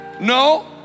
No